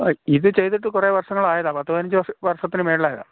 ആ ഇത് ചെയ്തിട്ട് കുറേ വർഷങ്ങളായതാണ് പത്ത് പതിനഞ്ച് വർഷത്തിന് മുകളിലായതാണ്